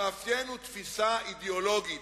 המאפיין הוא תפיסה אידיאולוגית,